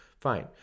Fine